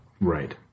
Right